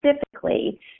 specifically